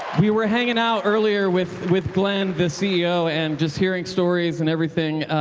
we were hanging out earlier with with glen, the ceo and just hearing stories and everything.